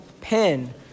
pen